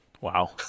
wow